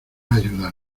ayuda